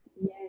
Yes